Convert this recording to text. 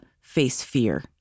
face-fear